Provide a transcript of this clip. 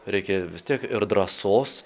reikia vis tiek ir drąsos